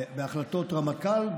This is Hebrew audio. בהחלטות רמטכ"ל,